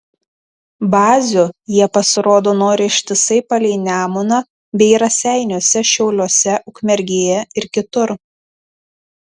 bazių jie pasirodo nori ištisai palei nemuną bei raseiniuose šiauliuose ukmergėje ir kitur